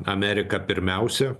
amerika pirmiausia